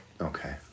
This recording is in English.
Okay